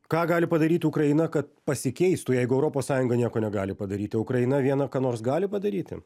ką gali padaryti ukraina kad pasikeistų jeigu europos sąjunga nieko negali padaryti ukraina viena ką nors gali padaryti